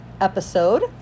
episode